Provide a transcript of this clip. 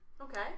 Okay